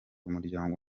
umuryango